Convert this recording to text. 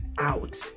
out